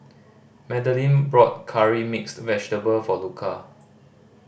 Madaline brought Curry Mixed Vegetable for Luka